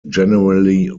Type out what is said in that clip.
generally